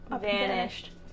vanished